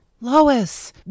Lois